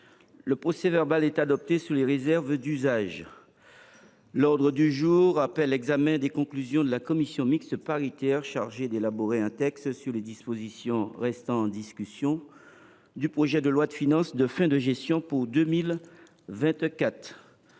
Le procès verbal est adopté sous les réserves d’usage. L’ordre du jour appelle l’examen des conclusions de la commission mixte paritaire chargée d’élaborer un texte sur les dispositions restant en discussion du projet de loi de finances de fin de gestion pour 2024